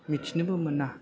मिथिनोबो मोना